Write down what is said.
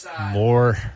more